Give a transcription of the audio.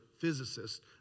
physicist